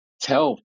tell